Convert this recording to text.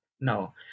no